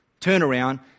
turnaround